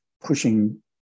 pushing